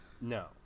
No